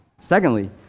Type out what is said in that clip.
secondly